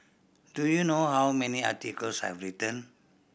do you know how many articles I've written